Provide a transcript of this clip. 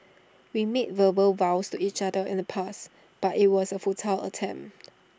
we made verbal vows to each other in the past but IT was A futile attempt